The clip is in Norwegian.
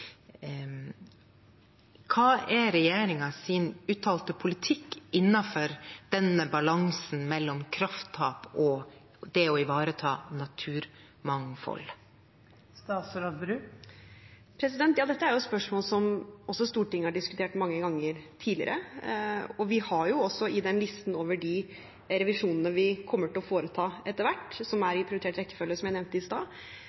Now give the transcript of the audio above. Hva er regjeringens uttalte politikk innenfor balansen mellom krafttap og det å ivareta naturmangfold? Dette er spørsmål Stortinget har diskutert mange ganger tidligere. I forbindelse med listen over de revisjonene vi kommer til å foreta etter hvert, som er i prioritert rekkefølge, som jeg nevnte i stad,